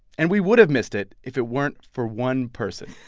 and we would have missed it if it weren't for one person